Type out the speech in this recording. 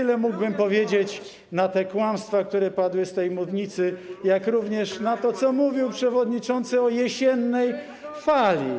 Tyle mógłbym odpowiedzieć na te kłamstwa, które padły z tej mównicy, jak również na to, co mówił przewodniczący o jesiennej fali.